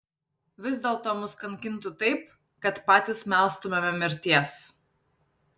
vis dėlto mus kankintų taip kad patys melstumėme mirties